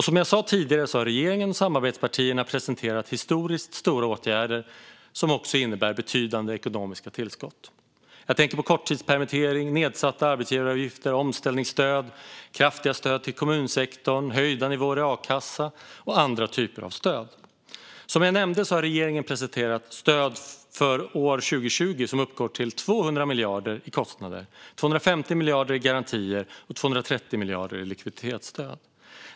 Som jag sa tidigare har regeringen och samarbetspartierna presenterat historiskt stora åtgärder som också innebär betydande ekonomiska tillskott. Jag tänker på korttidspermittering, nedsatta arbetsgivaravgifter, omställningsstöd, kraftiga stöd till kommunsektorn, höjda nivåer i a-kassan och andra typer av stöd. Som jag nämnde har regeringen för 2020 presenterat stöd som uppgår till 200 miljarder i kostnader, 250 miljarder i garantier och 230 miljarder i likviditetsstöd.